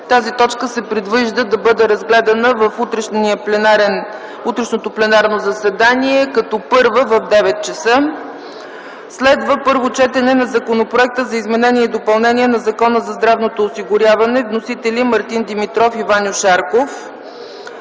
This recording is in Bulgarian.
Тази точка се предвижда да бъде разгледана в утрешното пленарно заседание като първа - в 9,00 ч. „6. Първо четене на Законопроекта за изменение и допълнение на Закона за здравното осигуряване. Вносители - Мартин Димитров и Ваньо Шарков.